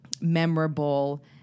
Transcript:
memorable